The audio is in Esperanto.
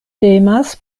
temas